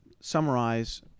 summarize